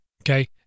Okay